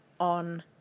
On